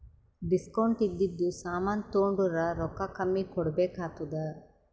discount ಇದ್ದಿದು ಸಾಮಾನ್ ತೊಂಡುರ್ ರೊಕ್ಕಾ ಕಮ್ಮಿ ಕೊಡ್ಬೆಕ್ ಆತ್ತುದ್